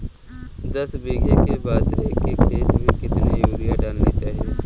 दस बीघा के बाजरे के खेत में कितनी यूरिया डालनी चाहिए?